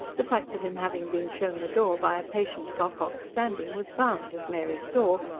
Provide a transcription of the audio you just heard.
the fact of him having been shown the door by a patient of ocock's standing was bound, as mary saw,